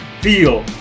Feel